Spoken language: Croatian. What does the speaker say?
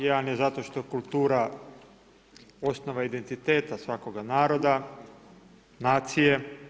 Jedan je zato što kultura, osnova identiteta svakoga naroda, nacije.